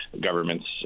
governments